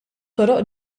toroq